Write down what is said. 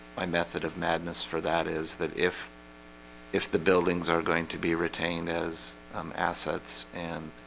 my method of madness for that is that if if the buildings are going to be retained as um assets and